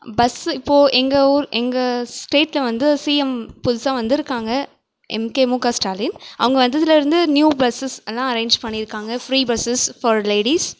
bus இப்போது எங்கள் ஊர் எங்கள் ஸ்டேட்டில் வந்து சிஎம் புதுசாக வந்திருக்காங்க எம் கே மு க ஸ்டாலின் அவங்க வந்ததிலருந்து நியூ பஸ்ஸஸ் எல்லாம் அரேஞ்ச் பண்ணியிருக்காங்க ஃப்ரீ பஸ்ஸஸ் ஃபார் லேடிஸ்